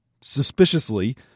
suspiciously